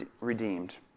redeemed